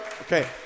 Okay